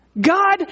God